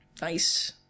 nice